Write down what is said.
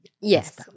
Yes